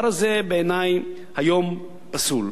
בעיני הדבר הזה פסול.